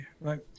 right